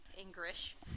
English